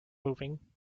moving